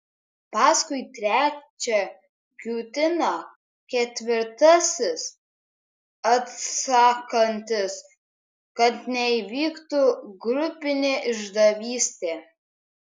paskui trečią kiūtina ketvirtasis atsakantis kad neįvyktų grupinė išdavystė